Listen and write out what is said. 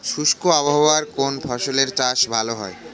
শুষ্ক আবহাওয়ায় কোন ফসলের চাষ ভালো হয়?